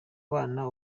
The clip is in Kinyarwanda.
bana